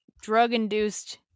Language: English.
drug-induced